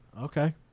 Okay